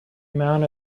amount